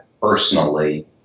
personally